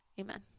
amen